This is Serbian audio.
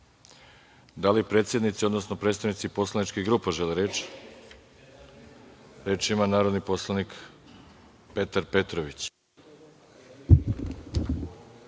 li predsednici odnosno predstavnici poslaničkih grupa žele reč? Reč ima narodni poslanik Petar Petrović.